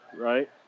right